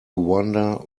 wonder